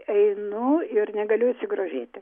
einu ir negaliu atsigrožėti